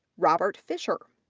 robert fisher,